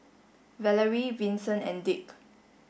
Valarie Vinson and Dick